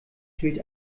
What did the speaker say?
fehlt